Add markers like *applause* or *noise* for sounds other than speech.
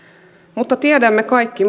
mutta tiedämme kaikki *unintelligible*